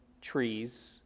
trees